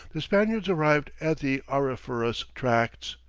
the spaniards arrived at the auriferous tracts.